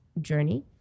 journey